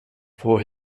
for